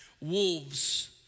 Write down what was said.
wolves